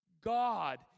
God